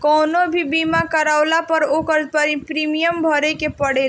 कवनो भी बीमा करवला पअ ओकर प्रीमियम भरे के पड़ेला